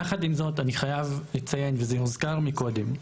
יחד עם זאת, אני חייב לציין וזה הוזכר מקודם,